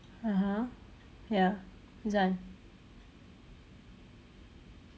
(uh huh) ya this one